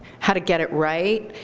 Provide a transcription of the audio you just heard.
how to get it right.